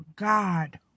God